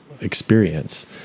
experience